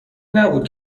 نبود